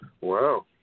wow